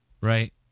Right